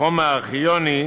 'חומר ארכיוני',